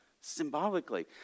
symbolically